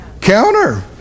counter